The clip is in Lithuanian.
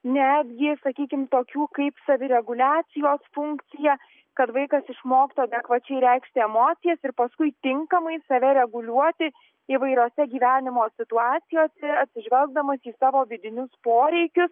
netgi sakykim tokių kaip savireguliacijos funkcija kad vaikas išmoktų adekvačiai reikšti emocijas ir paskui tinkamai save reguliuoti įvairiose gyvenimo situacijose atsižvelgdamas į savo vidinius poreikius